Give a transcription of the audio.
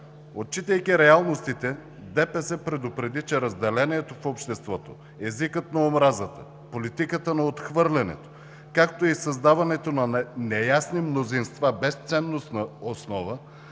Отчитайки реалностите, ДПС предупреди, че разделението в обществото, езикът на омразата, политиката на отхвърлянето, както и създаването на неясни мнозинства без ценностна основа